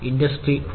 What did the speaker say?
industry 4